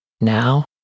now